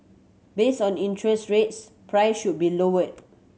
based on interest rates prices should be lower